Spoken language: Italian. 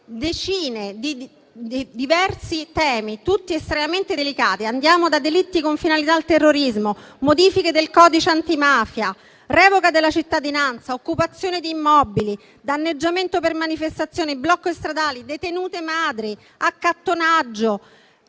decine di temi differenti, tutti estremamente delicati. Andiamo da delitti con finalità di terrorismo, modifiche del codice antimafia, revoca della cittadinanza, occupazione di immobili, danneggiamento per manifestazioni, blocchi stradali, detenute madri, accattonaggio,